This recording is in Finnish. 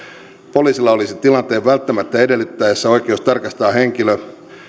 poliisilla olisi tilanteen välttämättä edellyttäessä oikeus tarkastaa henkilö